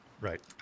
Right